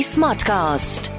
Smartcast